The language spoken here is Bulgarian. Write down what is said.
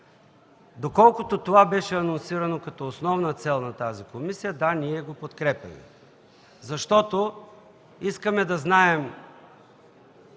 Доколкото това беше анонсирано като основна цел на тази комисия – да, ние го подкрепяме, защото искаме да знаем